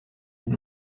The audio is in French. une